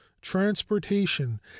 transportation